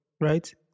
right